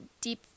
deep